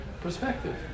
perspective